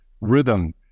rhythm